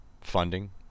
funding